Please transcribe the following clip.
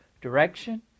direction